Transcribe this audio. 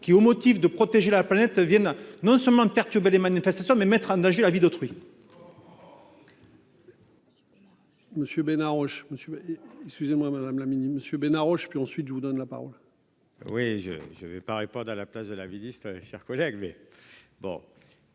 qui, au motif de protéger la planète, viennent non seulement perturber les manifestations mais mettre en danger la vie d'autrui.